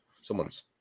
someone's